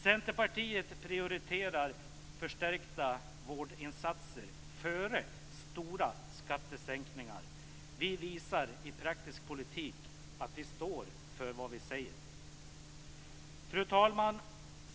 Centerpartiet prioriterar förstärkta vårdinsatser framför stora skattesänkningar. Vi visar i praktisk politik att vi står för vad vi säger. Fru talman!